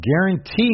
guaranteed